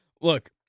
Look